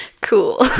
Cool